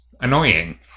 annoying